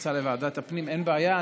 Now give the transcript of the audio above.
רוצה לוועדת הפנים, אין בעיה.